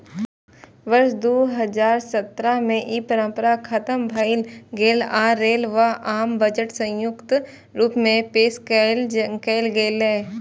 वर्ष दू हजार सत्रह मे ई परंपरा खतम भए गेलै आ रेल व आम बजट संयुक्त रूप सं पेश कैल गेलै